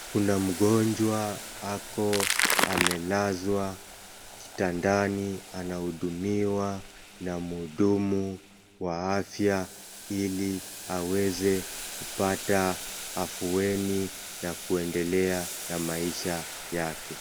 Kuna mgonjwa ako amelazwa kitandani anahudumiwa na mhudumu wa afya ili aweze kupata afueni na kuendelea na maisha yake.